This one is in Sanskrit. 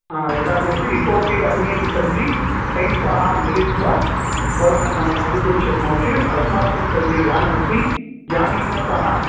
हा एकाकी अस्ति इतोपि अन्येपि सन्ति तैः सह मिलित्वा भवान् अटितुं शक्नोति अस्माकं सविधे यानमस्ति यानेन सह